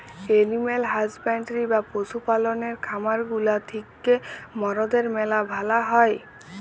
animal husbandry বা পশু পাললের খামার গুলা থিক্যা মরদের ম্যালা ভালা হ্যয়